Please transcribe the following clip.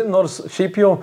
nors šiaip jau